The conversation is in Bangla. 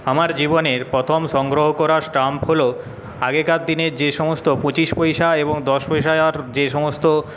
আমার জীবনের প্রথম সংগ্রহ করা স্টাম্প হলো আগেকার দিনের যে সমস্ত পঁচিশ পয়সা এবং দশ পয়সার যে সমস্ত